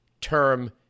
term